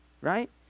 right